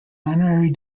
honorary